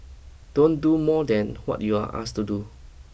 don't do more than what you're asked to do